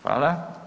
Hvala.